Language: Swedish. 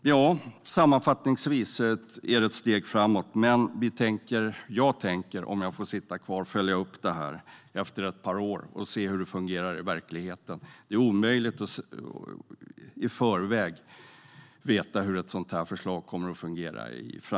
Sammanfattningsvis är detta ett steg framåt, men om jag får sitta kvar tänker jag följa upp det här efter ett par år och se hur det fungerar i verkligheten. Det är omöjligt att i förväg veta hur ett sådant förslag kommer att fungera.